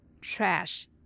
trash